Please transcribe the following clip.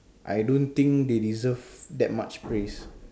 I don't think they deserve that much praise